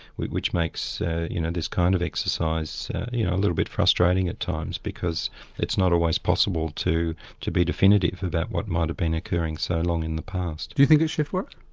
which which makes you know this kind of exercise you know a little bit frustrating at times because it's not always possible to to be definitive about what might have been occurring so long in the past. do you think it's shift work?